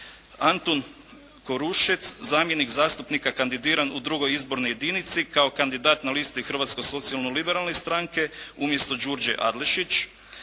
Antun Korušec zamjenik zastupnika kandidiran u II. izbornoj jedinici kao kandidat na listi Hrvatsko socijalno-liberalne stranke umjesto Đurđe Adlešić,